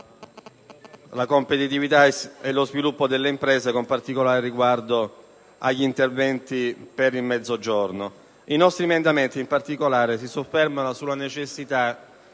la competitività e lo sviluppo delle imprese, con particolare riguardo agli interventi per il Mezzogiorno. I nostri emendamenti, in particolare, si soffermano sulla necessità